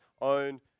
own